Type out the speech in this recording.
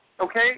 Okay